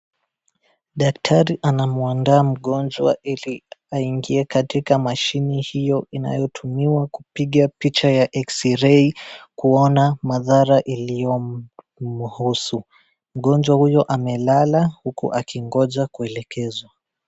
Daktari amuandaa mgonjwa ili aingie katika mashine hiyo inayotumiwa kupiga picha ya eksirei, kuona madhara iliyomhusu. Mgonjwa huyo amelala, huku akingoja kuelekezwa.